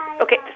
Okay